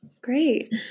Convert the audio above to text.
great